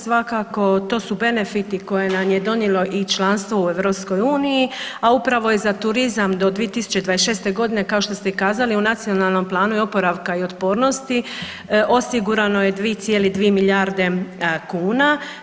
Svakako to su benefiti koje nam je donijelo i članstvo u Europskoj uniji, a upravo je za turizam do 2026. godine kao što ste i kazali u Nacionalnom planu oporavka i otpornosti osigurano je 2,2 milijarde kuna.